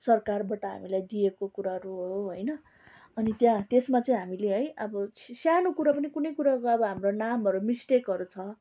सरकारबाट हामीलाई दिएको कुराहरू हो होइन अनि त्यहाँ त्यसमा चाहिँ हामीले है अब सानो कुरो पनि कुनै कुरोको पनि अब हाम्रो नामहरू मिस्टेकहरू छ